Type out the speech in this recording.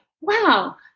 Wow